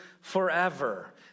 forever